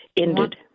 ended